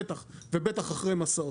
בטח ובטח אחרי מסעות,